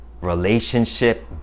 relationship